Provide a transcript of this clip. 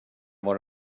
jag